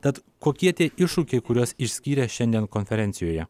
tad kokie tie iššūkiai kuriuos išskyrė šiandien konferencijoje